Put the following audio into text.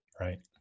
Right